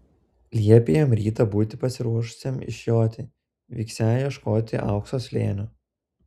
liepė jam rytą būti pasiruošusiam išjoti vyksią ieškoti aukso slėnio